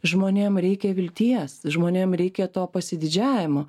žmonėm reikia vilties žmonėm reikia to pasididžiavimo